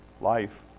life